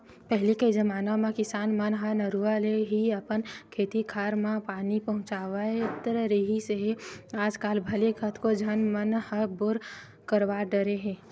पहिली के जमाना म किसान मन ह नरूवा ले ही अपन खेत खार म पानी पहुँचावत रिहिस हे आजकल भले कतको झन मन ह बोर करवा डरे हे